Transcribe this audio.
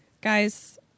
Guys